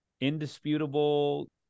indisputable